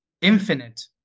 infinite